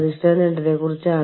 അവരുടെ വീട്ടുവിലാസം മാറിയേക്കാം